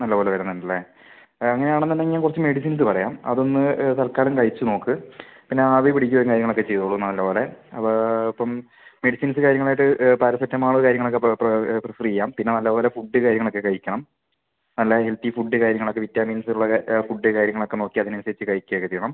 നല്ലപോലെ വരുന്നുണ്ട് അല്ലേ അങ്ങനെ ആണെന്ന് ഉണ്ടെങ്കിൽ ഞാൻ കുറച്ച് മെഡിസിൻസ് പറയാം അതൊന്ന് തൽക്കാലം കഴിച്ച് നോക്ക് പിന്നെ ആവി പിടിക്കുക കാര്യങ്ങളൊക്കെ ചെയ്തോളൂ നല്ലപോലെ അപ്പോൾ ഇപ്പം മെഡിസിൻസ് കാര്യങ്ങൾ ആയിട്ട് പാരസെറ്റാമോൾ കാര്യങ്ങൾ ഒക്കെ പ്രിഫെർ ചെയ്യാം പിന്നെ നല്ലപോലെ ഫുഡ് കാര്യങ്ങളൊക്കെ കഴിക്കണം നല്ല ഹെൽത്തി ഫുഡ് കാര്യങ്ങളൊക്കെ വിറ്റാമിൻസ് ഉള്ള ഫുഡ് കാര്യങ്ങളൊക്കെ നോക്കി അതിന് അനുസരിച്ച് കഴിക്കുക ഒക്കെ ചെയ്യണം